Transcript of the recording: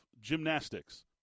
gymnastics